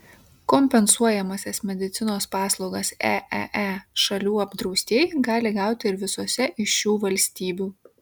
kompensuojamąsias medicinos paslaugas eee šalių apdraustieji gali gauti ir visose iš šių valstybių